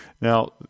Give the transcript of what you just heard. now